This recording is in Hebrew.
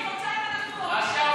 אני מגנה את אטימות הלב שלכם כנגד העם.